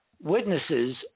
witnesses